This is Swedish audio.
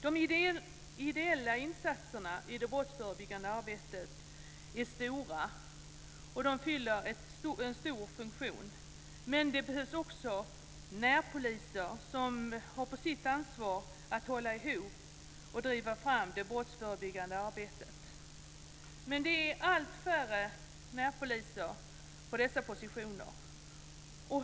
De ideella insatserna i det brottsförebyggande arbetet är stora, och de fyller en stor funktion. Men det behövs också närpoliser som har på sitt ansvar att hålla ihop och driva fram det brottsförebyggande arbetet. Men det är allt färre närpoliser på dessa positioner.